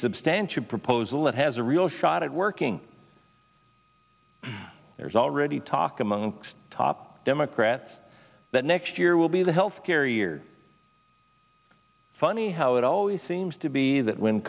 substantial proposal that has a real shot at working there's already talk among top democrats that next year will be the healthcare year funny how it always seems to be that when